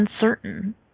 uncertain